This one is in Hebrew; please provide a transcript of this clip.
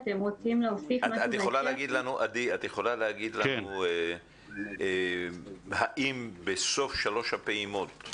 את יכולה להגיד לנו האם בסוף שלוש הפעימות,